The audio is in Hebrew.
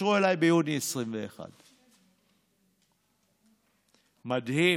תתקשרו אלינו ביוני 2021. מדהים.